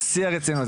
בשיא הרצינות,